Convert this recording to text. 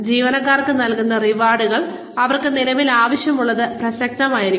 ജീവനക്കാർക്ക് നൽകുന്ന റിവാർഡുകൾ അവർക്ക് നിലവിൽ ആവശ്യമുള്ളതിന് പ്രസക്തമായിരിക്കണം